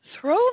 throw